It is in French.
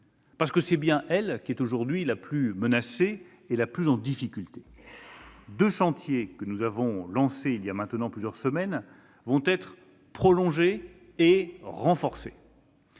des entreprises, car elle est aujourd'hui la plus menacée et la plus en difficulté. Deux chantiers que nous avons lancés il y a maintenant plusieurs semaines vont être prolongés et renforcés.